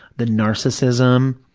the narcissism,